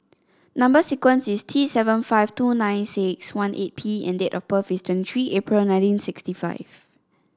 number sequence is T seven five two nine six one eight P and date of birth is twenty three April nineteen sixty five